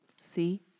See